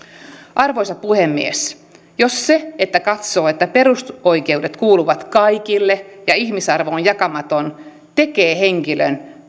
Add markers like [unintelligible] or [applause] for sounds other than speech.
arvoisa puhemies jos se että katsoo että perusoikeudet kuuluvat kaikille ja ihmisarvo on jakamaton tekee henkilön [unintelligible]